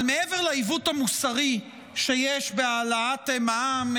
אבל מעבר לעיוות המוסרי שיש בהעלאת מע"מ,